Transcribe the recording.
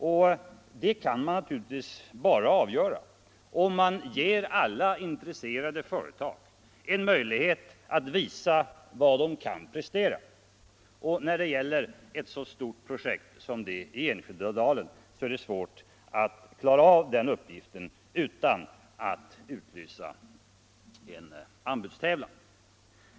Och det kan man naturligtvis bara avgöra om man ger alla intresserade företag en möjlighet att visa vad de kan prestera. När det gäller ett så stort projekt som det är fråga om i Enskededalen, är det svårt att klara denna uppgift utan att utlysa en anbudstävlan.